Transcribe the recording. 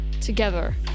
Together